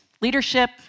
leadership